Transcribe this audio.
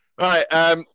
Right